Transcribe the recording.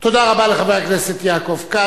תודה רבה לחבר הכנסת יעקב כץ.